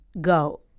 go